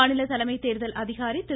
மாநில தலைமை தேர்தல் அதிகாரி திரு